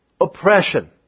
oppression